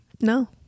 No